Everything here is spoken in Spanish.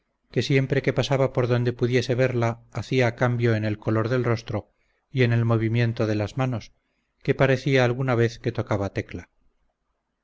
que siempre que pasaba por donde pudiese verla hacia cambio en el color del rostro y en el movimiento de las manos que parecía alguna vez que tocaba tecla